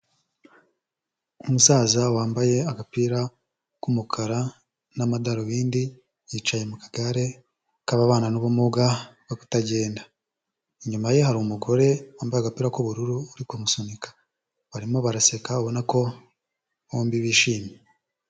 Umusaza wambaye agapira k'umukara n'amadarubindi, yicaye mu kagare k'ababana n'ubumuga bwo kutagenda, inyuma ye hari umugore wambaye agapira k'ubururu uri kumusunika, barimo baraseka abona ko bombi bishimye.